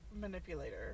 manipulator